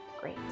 great